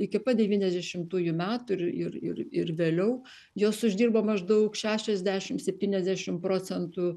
iki pat devyniasdešimtųjų metų ir ir ir ir vėliau jos uždirbo maždaug šešiasdešim septyniasdešim procentų